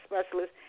specialist